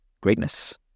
greatness